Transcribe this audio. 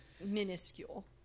minuscule